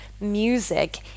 music